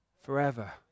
forever